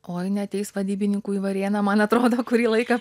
oi neateis vadybininkų į varėną man atrodo kurį laiką